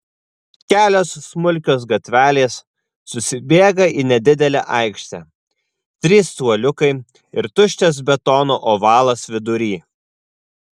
kelios smulkios gatvelės susibėga į nedidelę aikštę trys suoliukai ir tuščias betono ovalas vidury